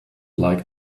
like